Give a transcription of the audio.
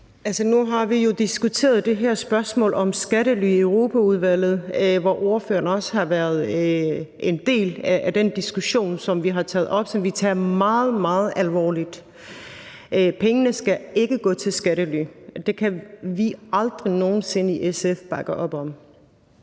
nu har vi jo diskuteret det her spørgsmål om skattely i Europaudvalget, hvor ordføreren også har været en del af den diskussion – en diskussion, som vi har taget op, og som vi tager meget, meget alvorligt. Pengene skal ikke gå til skattely. Det kan vi aldrig nogen sinde i SF bakke op om.